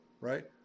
right